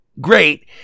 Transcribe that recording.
great